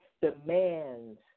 demands